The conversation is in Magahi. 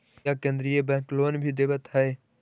क्या केन्द्रीय बैंक लोन भी देवत हैं